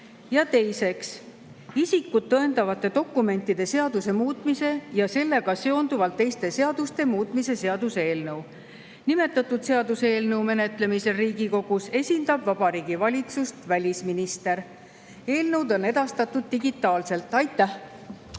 Teiseks, isikut tõendavate dokumentide seaduse muutmise ja sellega seonduvalt teiste seaduste muutmise seaduse eelnõu. Nimetatud seaduseelnõu menetlemisel Riigikogus esindab Vabariigi Valitsust välisminister. Eelnõud on edastatud digitaalselt. Aitäh!